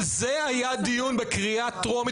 על זה היה דיון בקריאה טרומית,